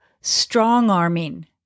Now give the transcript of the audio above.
strong-arming